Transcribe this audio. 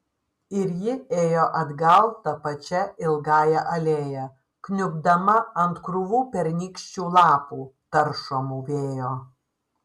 ir ji ėjo atgal ta pačia ilgąja alėja kniubdama ant krūvų pernykščių lapų taršomų vėjo